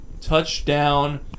Touchdown